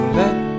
let